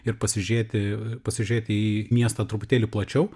ir pasižiūrėti pasižiūrėti į miestą truputėlį plačiau